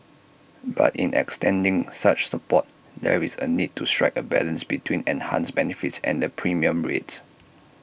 but in extending such support there is A need to strike A balance between enhanced benefits and the premium rates